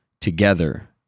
together